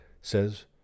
says